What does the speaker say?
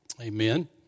Amen